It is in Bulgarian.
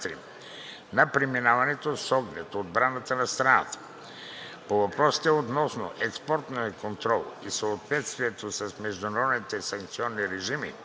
на преминаването с оглед отбраната на страната. По въпросите относно експортния контрол и съответствието с международните санкционни режими,